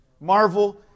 Marvel